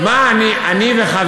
מה אני וחברי,